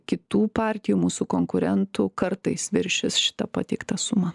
kitų partijų mūsų konkurentų kartais viršys šitą pateiktą sumą